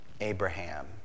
Abraham